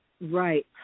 Right